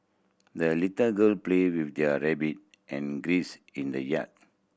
the little girl played with their rabbit and geese in the yard